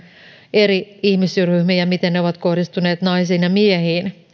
eri ihmisryhmiin ja miten ne ovat kohdistuneet erityisesti naisiin ja miehiin